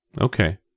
Okay